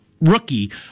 rookie